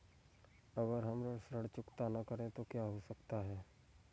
अगर हम ऋण चुकता न करें तो क्या हो सकता है?